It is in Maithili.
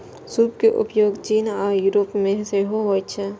सूप के उपयोग चीन आ यूरोप मे सेहो होइ छै